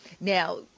Now